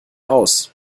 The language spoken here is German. aus